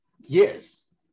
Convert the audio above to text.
yes